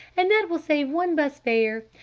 and that will save one bus fare!